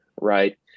Right